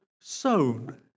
sown